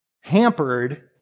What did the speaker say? hampered